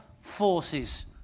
forces